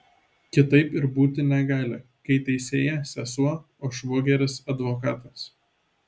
kitaip ir būti negali kai teisėja sesuo o švogeris advokatas